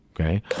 okay